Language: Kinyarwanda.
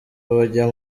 bajya